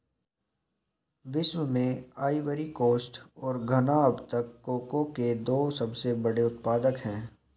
विश्व में Ivory Coast और घना अब तक कोको के दो सबसे बड़े उत्पादक है